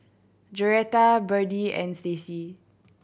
Joretta Byrdie and Stacy